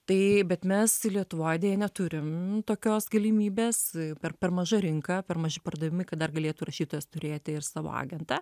tai bet mes lietuvoj deja neturim tokios galimybės per per maža rinka per maži pardavimai kad dar galėtų rašytojas turėti ir savo agentą